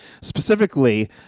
specifically